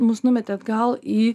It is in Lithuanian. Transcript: mus numetė atgal į